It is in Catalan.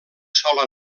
sola